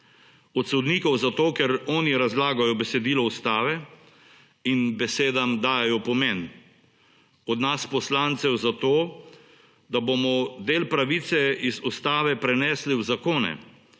Od sodnikov zato, ker oni razlagajo besedilo ustave in besedam dajejo pomen, od nas poslancev zato, da bomo del pravice iz ustave prenesli v zakone,